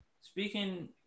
Speaking